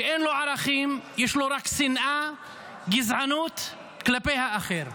שאין לו ערכים, יש לו רק שנאה וגזענות כלפי האחר.